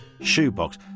shoebox